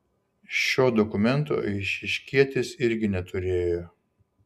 šio dokumento eišiškietis irgi neturėjo